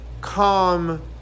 calm